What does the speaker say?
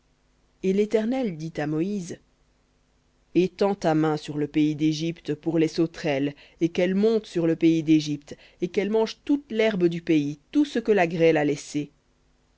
et l'éternel dit à moïse étends ta main sur le pays d'égypte pour les sauterelles et qu'elles montent sur le pays d'égypte et qu'elles mangent toute l'herbe du pays tout ce que la grêle a laissé